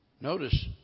Notice